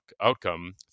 outcome